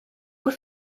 were